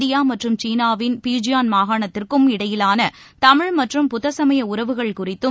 India மற்றும் சீனாவின் Fujian மாகாணத்திற்கும் இடையிலான தமிழ் மற்றும் புத்தசமய உறவுகள் குறித்தும்